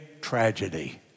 tragedy